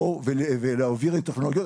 ולחקור ולהעביר להם טכנולוגיות.